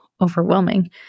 overwhelming